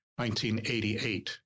1988